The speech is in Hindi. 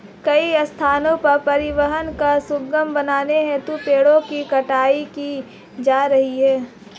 कई स्थानों पर परिवहन को सुगम बनाने हेतु पेड़ों की कटाई की जा रही है